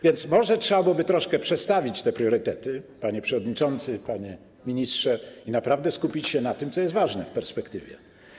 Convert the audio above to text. Więc może trzeba byłoby troszkę przestawić te priorytety, panie przewodniczący, panie ministrze, i naprawdę skupić się na tym, co jest ważne w szerszej perspektywie.